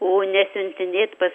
o nesiuntinėt pas